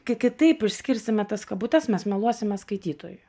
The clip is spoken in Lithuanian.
kai kitaip išskirsime tas kabutes mes meluosime skaitytojui